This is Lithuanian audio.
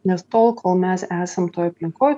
nes tol kol mes esam toj aplinkoj